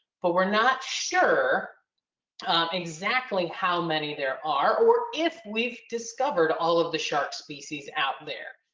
but we're not sure exactly how many there are or if we've discovered all of the shark species out there.